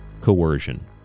coercion